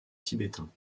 tibétain